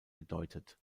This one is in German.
gedeutet